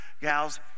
gals